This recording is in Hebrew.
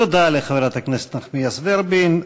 תודה לחברת הכנסת נחמיאס ורבין.